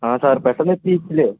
ആ സാർ പെട്ടെന്നെത്തി ഇല്ലയോ